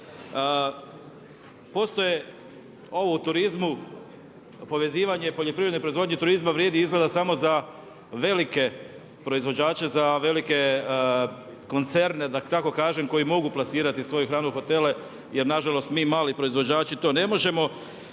Postoje ovo u turizmu povezivanje poljoprivredne proizvodnje i turizma vrijedi izgleda samo za velike proizvođače za velike koncerne da tako kažem koji mogu plasirati svoju hranu u hotele jer nažalost mi mali proizvođači to ne možemo.